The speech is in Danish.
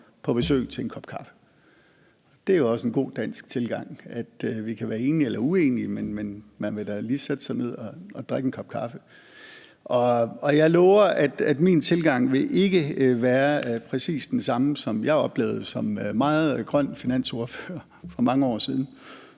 på besøg til en kop kaffe. Det er jo også en god dansk tilgang, at vi kan være enige eller uenige, men man vil da lige sætte sig ned og drikke en kop kaffe. Og jeg lover, at min tilgang ikke vil være præcis den samme, som jeg oplevede som meget grøn finansordfører for mange år siden,